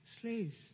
Slaves